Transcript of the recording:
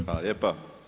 Hvala lijepa.